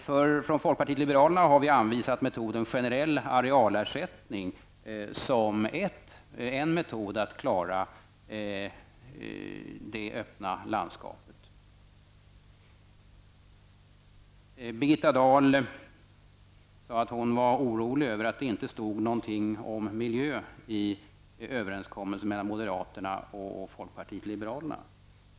Från folkpartiet liberalerna har vi anvisat metoden generell arealersättning som en metod att klara det öppna landskapet. Birgitta Dahl sade att hon var orolig över att det inte stod någonting om miljön i överenskommelsen mellan moderaterna och folkpartiet liberalerna.